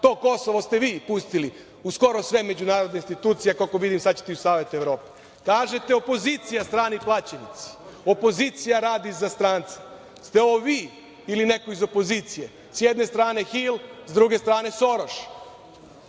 To Kosovo ste vi pustili u skoro sve međunarodne institucije, koliko vidim sada ćete i u Savet Evrope. Kažete – opozicija strani plaćenici, opozicija radi za strance. Da li ste ovo vi ili neko iz opozicije? Sa jedne strane Hil, sa druge strane Soroš?